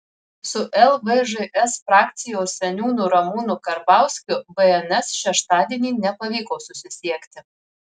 su lvžs frakcijos seniūnu ramūnu karbauskiu bns šeštadienį nepavyko susisiekti